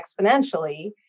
exponentially